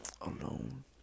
alone